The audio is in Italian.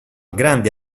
grande